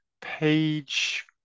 page